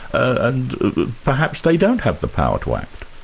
and perhaps they don't have the power to act?